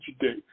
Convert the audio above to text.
today